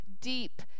deep